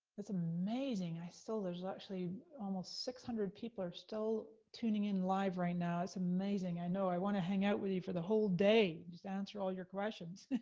that's amazing, i still, there's actually almost six hundred people are still tuning in live right now, it's amazing, i know, i wanna hang out with you for the whole day, just answer all your questions.